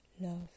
love